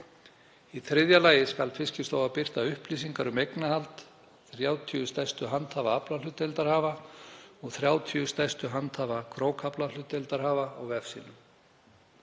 Í þriðja lagi skal Fiskistofa birta upplýsingar um eignarhald 30 stærstu handhafa aflahlutdeildarhafa og 30 stærstu handhafa krókaaflahlutdeildarhafa á vef sínum.